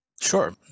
sure